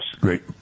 great